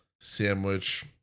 sandwich